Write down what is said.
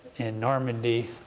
in normandy,